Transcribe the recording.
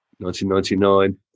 1999